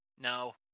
No